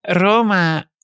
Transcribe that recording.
Roma